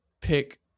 pick